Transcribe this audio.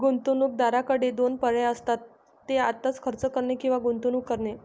गुंतवणूकदाराकडे दोन पर्याय असतात, ते आत्ताच खर्च करणे किंवा गुंतवणूक करणे